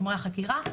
חומרי החקירה,